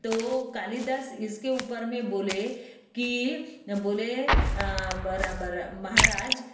तो कालिदास इसके ऊपर में बोले की बोले महाराज